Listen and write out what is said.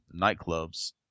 nightclubs